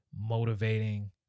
motivating